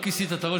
בערכים,